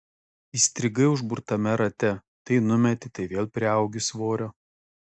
įstrigai užburtame rate tai numeti tai vėl priaugi svorio